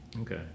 okay